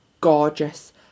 gorgeous